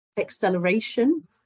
acceleration